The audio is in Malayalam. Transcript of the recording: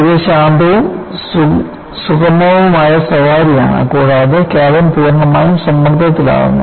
ഇത് ശാന്തവും സുഗമവുമായ സവാരി ആണ് കൂടാതെ ക്യാബിൻ പൂർണ്ണമായും സമ്മർദ്ദത്തിലാകുന്നു